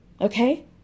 Okay